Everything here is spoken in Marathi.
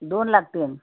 दोन लागतील